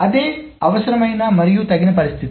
అదే అవసరమైన మరియు తగిన పరిస్థితి